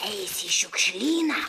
eisi į šiukšlyną